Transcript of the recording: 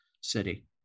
city